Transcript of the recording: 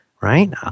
right